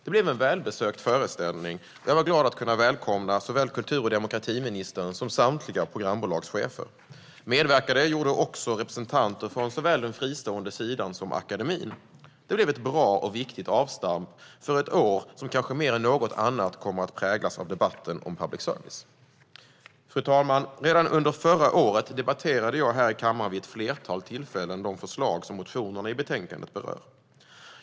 Det blev en välbesökt föreställning, där jag var glad åt att kunna välkomna såväl kultur och demokratiministern som samtliga programbolagschefer. Medverkade gjorde också representanter från såväl den fristående sidan som akademin. Det blev ett bra och viktigt avstamp för ett år som kanske mer än något annat kommer att präglas av debatten om public service. Fru talman! Redan under förra året debatterade jag här i kammaren vid ett flertal tillfällen de förslag som motionerna i betänkandet berör.